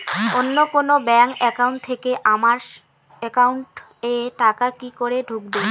অন্য কোনো bank account থেকে আমার একাউন্ট এ টাকা কি করে ঢুকবে?